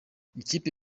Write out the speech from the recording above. ikipe